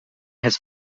has